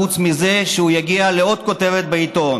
חוץ מזה שהוא יגיע לעוד כותרת בעיתון.